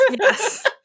yes